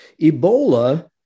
Ebola